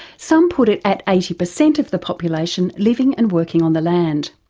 some put it at eighty per cent of the population living and working on the land.